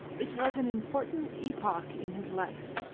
it was an important epoch in his life,